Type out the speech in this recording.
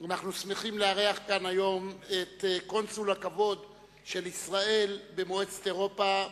אנחנו שמחים לארח כאן היום את קונסול הכבוד של ישראל במועצת אירופה,